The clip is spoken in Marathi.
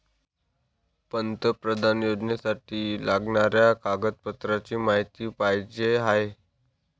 पंतप्रधान योजनेसाठी लागणाऱ्या कागदपत्रांची माहिती पाहिजे आहे